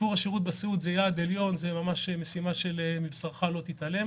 שיפור השירות בסיעוד הוא יעד עליון והוא בבחינת "ומבשרך לא תתעלם".